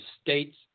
state's